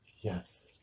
Yes